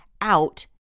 out